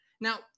Now